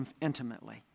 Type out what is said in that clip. intimately